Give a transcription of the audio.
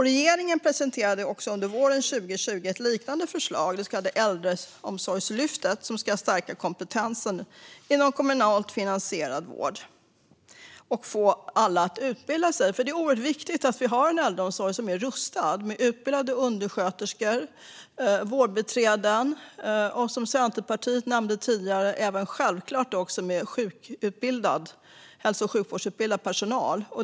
Regeringen presenterade också under våren 2020 ett liknande förslag, det så kallade äldreomsorgslyftet, som ska stärka kompetensen inom kommunalt finansierad vård och få alla att utbilda sig. Det är nämligen oerhört viktigt att vi har en äldreomsorg som är rustad med utbildade undersköterskor, vårdbiträden och, som Centerpartiet nämnde tidigare, självklart även hälso och sjukvårdsutbildad personal.